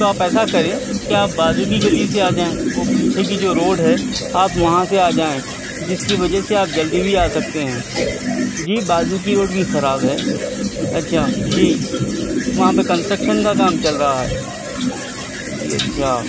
تو آپ ایسا کریں کہ آپ بازو کی گلی سے آ جائیں وہ پیچھے کی جو روڈ ہے آپ وہاں سے آ جائیں جس کی وجہ سے آپ جلدی بھی آ سکتے ہیں جی بازو کی روڈ بھی خراب ہے اچھا جی وہاں پہ کنسٹرکشن کا کام چل رہا ہے جی اچھا